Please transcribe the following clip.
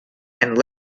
and